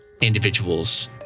individuals